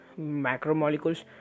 macromolecules